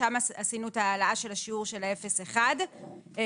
שם עשינו את העלאה של השיעור של ה-0.1 כדי